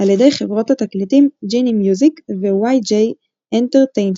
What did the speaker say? על ידי חברות התקליטים ג'יני מיוזיק ו-YG אנטרטיינמנט,